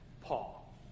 Paul